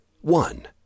one